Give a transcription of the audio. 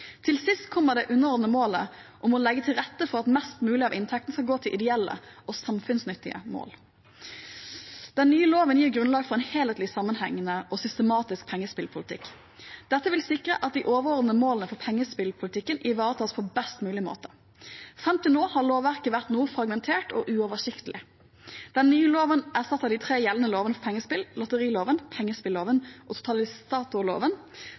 Til sist kommer det underordnede målet om å legge til rette for at mest mulig av inntektene skal gå til ideelle og samfunnsnyttige formål. Den nye loven gir grunnlag for en helhetlig, sammenhengende og systematisk pengespillpolitikk. Dette vil sikre at de overordnede målene for pengespillpolitikken ivaretas på best mulig måte. Fram til nå har lovverket vært noe fragmentert og uoversiktlig. Den nye loven erstatter de tre gjeldende lovene for pengespill: lotteriloven, pengespilloven og